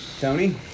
Tony